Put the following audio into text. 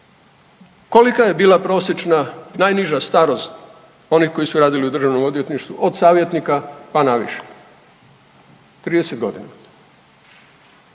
Kolika je bila prosječna najniža starost onih koji su radili u državnom odvjetništvu od savjetnika pa naviše? 30 godina,